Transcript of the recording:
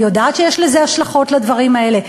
אני יודעת שיש לזה השלכות, לדברים האלה.